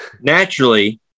naturally